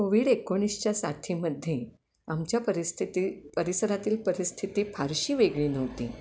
Covid एकोणीसच्या साथीमध्ये आमच्या परिस्थिती परिसरातील परिस्थिती फारशी वेगळी नव्हती